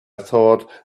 thought